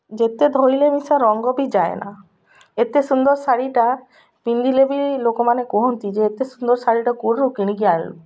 ଯେତେ ଧୋଇଲେ ମିଶା ରଙ୍ଗ ବି ଯାଏନା ଏତେ ସୁନ୍ଦର ଶାଢ଼ୀଟା ପିନ୍ଧିଲେ ବି ଲୋକମାନେ କୁହନ୍ତି ଯେ ଏତେ ସୁନ୍ଦର ଶାଢ଼ୀଟା କେଉଁଠୁ କିଣିକି ଆଣିଲୁ